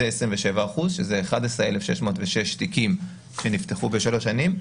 זה 27% שזה 11,606 תיקים שנפתחו ב-3 שנים.